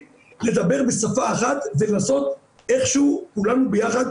לדבר בשפה אחת ולעשות איך שהוא כולנו ביחד,